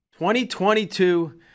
2022